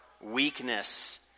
weakness